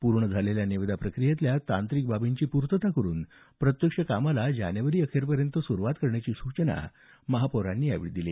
पूर्ण झालेल्या निविदा प्रक्रियेतल्या तांत्रिक बाबींची पूर्तता करून प्रत्यक्ष कामास जानेवारी अखेरपर्यंत सुरुवात करण्याची सूचना त्यांनी यावेळी केली